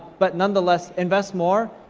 but nonetheless, invest more,